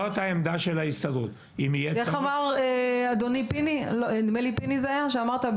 איך אמר אדוני פיני, איך אמרת?